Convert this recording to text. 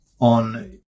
on